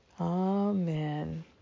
Amen